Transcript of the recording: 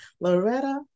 Loretta